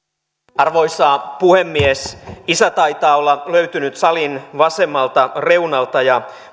arvoisa puhemies isä taitaa olla löytynyt salin vasemmalta reunalta ja